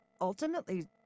ultimately